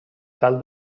tal